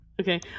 Okay